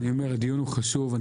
הדיון הוא חשוב.